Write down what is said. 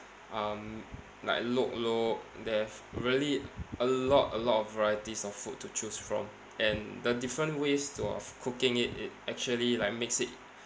um like lok lok they have really a lot a lot of varieties of food to choose from and the different ways to of cooking it it actually like makes it